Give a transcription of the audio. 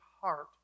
heart